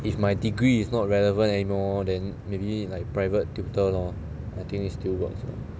if my degree is not relevant anymore then maybe like private tutor lor I think it still works lah